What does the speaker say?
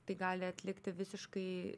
tai gali atlikti visiškai